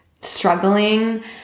struggling